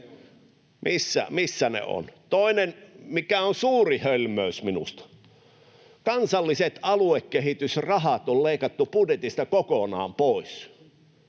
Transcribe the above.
Toinen, mikä on suuri hölmöys minusta: Kansalliset aluekehitysrahat on leikattu budjetista kokonaan pois,